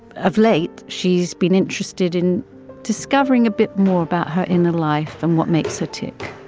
of late she has been interested in discovering a bit more about her inner life and what makes her tick.